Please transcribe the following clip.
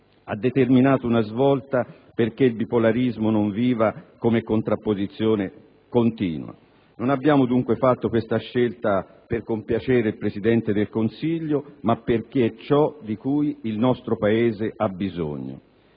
ha determinato una svolta perché il bipolarismo non viva come contrapposizione continua. Non abbiamo dunque fatto questa scelta per compiacere il Presidente del Consiglio, ma perché è ciò di cui il nostro Paese ha bisogno.